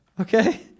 Okay